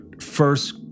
First